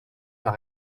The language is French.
par